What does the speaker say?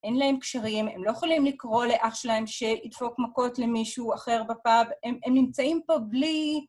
אין להם קשרים, הם לא יכולים לקרוא לאח שלהם שידפוק מכות למישהו אחר בפאב, הם הם נמצאים פה בלי...